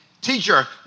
teacher